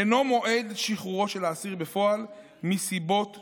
אינו מועד שחרורו של האסיר בפועל, מסיבות שונות.